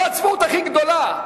זו הצביעות הכי גדולה.